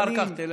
אחר כך תלך אליו.